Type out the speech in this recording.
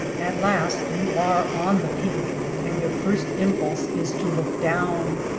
at last you are on the peak and your first impulse is to look down.